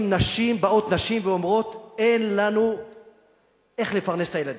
באות נשים ואומרות: אין לנו איך לפרנס את הילדים.